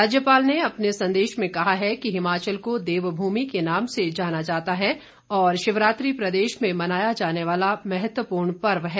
राज्यपाल ने अपने संदेश में कहा है कि हिमाचल को देवभूमि के नाम से जाना जाता है और शिवरात्रि प्रदेश में मनाया जाने वाला महत्वपूर्ण पर्व है